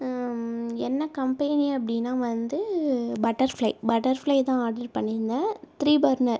என்ன கம்பேனி அப்படின்னா வந்து பட்டர்ஃப்ளை பட்டர்ஃப்ளை தான் ஆர்ட்ரு பண்ணியிருந்தேன் த்ரீ பர்னர்